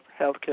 healthcare